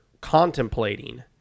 contemplating